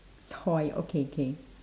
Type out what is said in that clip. toy okay okay